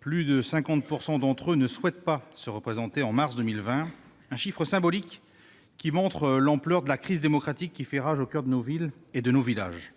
Plus de 50 % d'entre eux ne souhaitent pas se représenter en mars 2020, chiffre symbolique qui montre l'ampleur de la crise démocratique qui fait rage au coeur de nos villes et de nos villages.